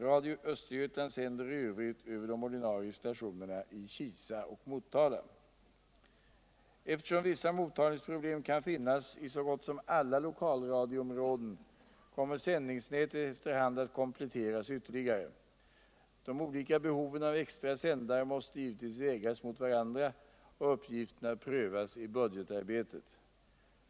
Radio Östergötland sänder i övrigt över de ordinarie stationerna t Kisa och Motala. Eftersom vissa mottagningsproblem kan finnas i så gott som alla lokalradioområden kommer sändningsniätet efter hand att kompleueras ytterligare. De olika behoven av extra sändare måste givetvis vägas mot varandra och utgifterna prövas I budgetarbetet.